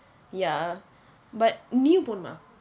ya but நீயும் போணுமா:niyum ponumaa